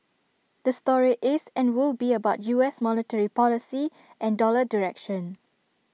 the story is and will be about U S monetary policy and dollar direction